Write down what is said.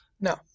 Now